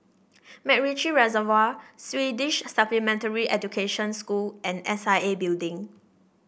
MacRitchie Reservoir Swedish Supplementary Education School and S I A Building